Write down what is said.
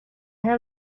have